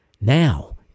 now